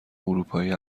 اروپایی